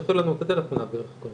תשלחי לנו את הטלפון ונעביר לך.